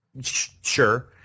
sure